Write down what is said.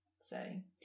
Say